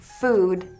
food